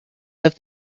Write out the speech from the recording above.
live